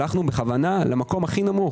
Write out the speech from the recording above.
הלכנו בכוונה על המקום הכי נמוך.